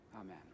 Amen